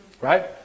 Right